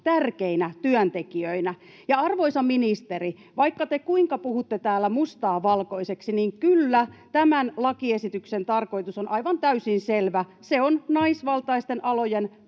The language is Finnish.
tärkeinä työntekijöinä? Ja, arvoisa ministeri, vaikka te kuinka puhutte täällä mustaa valkoiseksi, niin kyllä, tämän lakiesityksen tarkoitus on aivan täysin selvä: se on naisvaltaisten alojen